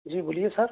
جی بولیے سر